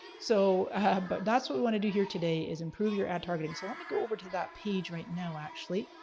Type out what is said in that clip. so but that's what we wanna do here today is improve your ad targeting. so let me go over to that page right now actually,